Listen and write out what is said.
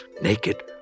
naked